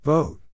Vote